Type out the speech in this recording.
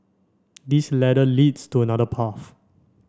this ladder leads to another path